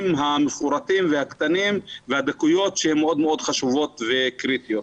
המפורטים והקטנים והדקויות שמאוד חשובות וקריטיות.